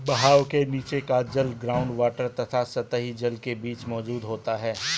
बहाव के नीचे का जल ग्राउंड वॉटर तथा सतही जल के बीच मौजूद होता है